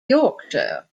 yorkshire